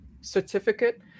certificate